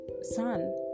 son